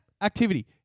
activity